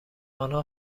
آنها